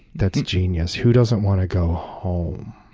that's genius. who doesn't want to go home?